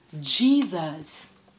Jesus